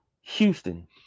Houston